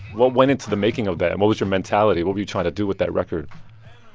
what went into the making of that, and what was your mentality? what were you trying to do with that record?